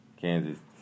Kansas